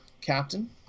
captain